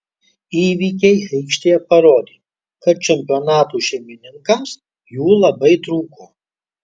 įvykiai aikštėje parodė kad čempionato šeimininkams jų labai trūko